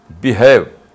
behave